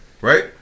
Right